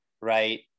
right